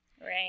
Right